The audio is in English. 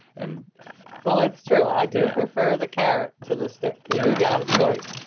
and well, it's true. i do prefer the carrot to the stick if you've got a choice,